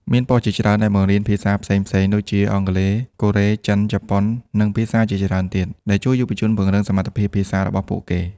មានប៉ុស្តិ៍ជាច្រើនដែលបង្រៀនភាសាផ្សេងៗដូចជា អង់គ្លេស កូរ៉េ ចិន ជប៉ុន និងភាសាជាច្រើនទៀត ដែលជួយយុវជនពង្រឹងសមត្ថភាពភាសារបស់ពួកគេ។